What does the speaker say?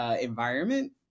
environment